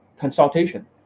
consultation